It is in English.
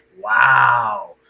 wow